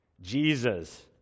Jesus